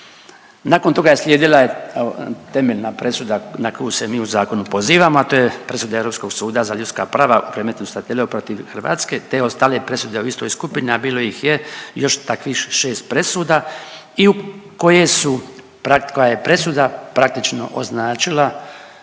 Nakon toga je slijedila temeljna presuda na koju se mi u zakonu pozivamo, a to je presuda Europskog suda za ljudska prava u predmetu Statileo protiv Hrvatske, te ostale presude u istoj skupini, a bilo ih je još takvih 6 presuda i koje su, koja je presuda praktično označila